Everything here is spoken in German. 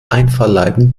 einverleiben